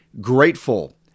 grateful